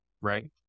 right